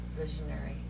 visionary